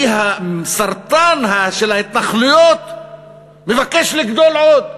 כי הסרטן של ההתנחלויות מבקש לגדול עוד,